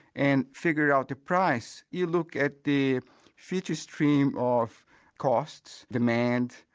and figure out the price. you look at the future stream of costs, demand,